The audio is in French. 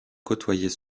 côtoyer